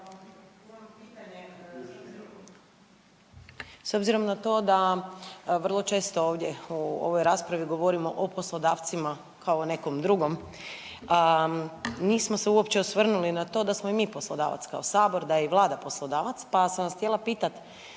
S obzirom na to da vrlo često ovdje u ovoj raspravi govorimo o poslodavcima kao nekom drugom, nismo se uopće osvrnuli na to da smo i mi poslodavac kao Sabor, da je i Vlada poslodavac, pa sam vas htjela pitati